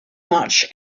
much